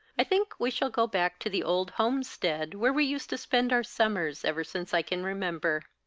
i think we shall go back to the old homestead, where we used to spend our summers, ever since i can remember.